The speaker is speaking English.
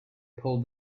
pull